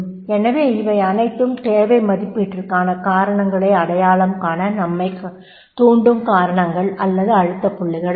எனவே இவை அனைத்தும் தேவை மதிப்பீட்டிற்கான காரணங்களை அடையாளம் காண நம்மைத் தூண்டும் காரணங்கள் அல்லது அழுத்தப் புள்ளிகளாகும்